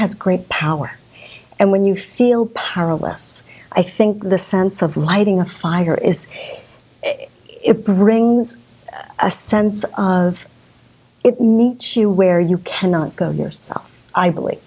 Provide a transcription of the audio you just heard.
has great power and when you feel powerless i think the sense of lighting a fire is it brings a sense of it need she where you cannot go yourself i believe